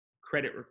credit